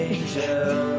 Angel